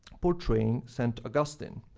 portraying saint augustine.